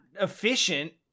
efficient